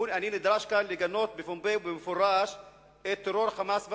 אני נדרש כאן לגנות בפומבי ובמפורש את טרור ה"חמאס".